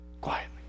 quietly